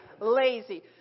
lazy